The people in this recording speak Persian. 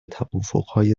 توافقهای